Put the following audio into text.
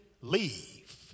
leave